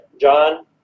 John